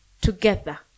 together